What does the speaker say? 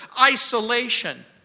isolation